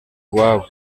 iwabo